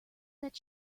that